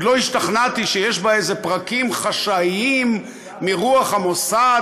ועוד לא השתכנעתי שיש בה איזה פרקים חשאיים מרוח המוסד